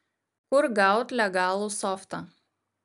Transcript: kur gaut legalų softą